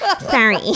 sorry